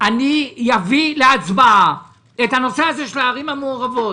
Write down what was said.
אני אביא להצבעה את נושא הערים המעורבות.